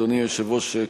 אדוני היושב-ראש,